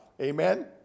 Amen